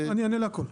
אני אענה להכל.